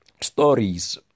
stories